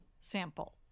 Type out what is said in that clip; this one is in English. sample